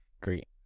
Great